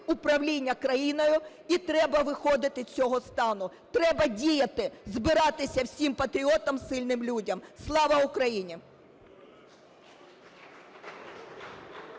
управління країною і треба виходити з цього стану, треба діяти, збиратися всім патріотам, сильним людям. Слава Україні!